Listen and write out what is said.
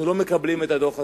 אנחנו לא מקבלים את הדוח הזה.